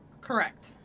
Correct